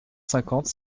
cinquante